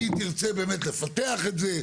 כי היא תרצה באמת לפתח את זה.